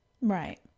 Right